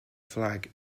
flag